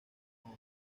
kong